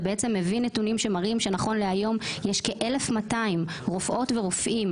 והביא נתונים שמראים שנכון להיום יש כ-1,200 רופאות ורופאים